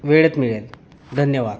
वेळेत मिळेल धन्यवाद